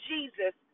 Jesus